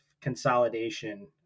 consolidation